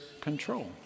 control